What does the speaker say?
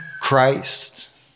Christ